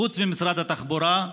חוץ ממשרד התחבורה,